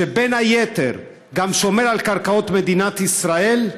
שבין היתר גם שומר על קרקעות מדינת ישראל,